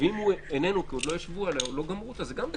ואם איננו, כי עוד לא ישבו עליה או לא גמרו אותה,